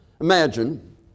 Imagine